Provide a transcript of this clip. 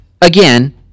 Again